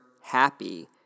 happy